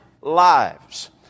lives